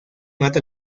mata